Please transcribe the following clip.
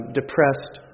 depressed